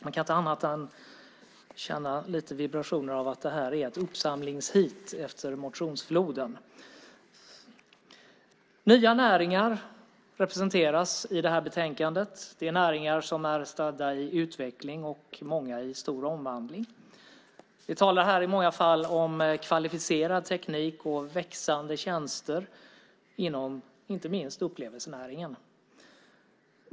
Man kan inte annat än känna vibrationer av att det här är ett uppsamlingsheat efter motionsfloden. Nya näringar representeras i det här betänkandet. Det är näringar som är stadda i utveckling, och många av dem är i stor omvandling. Vi talar här i många fall om kvalificerad teknik och växande tjänster inom inte minst upplevelsenäringen.